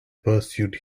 pursued